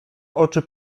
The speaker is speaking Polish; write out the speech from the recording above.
oczy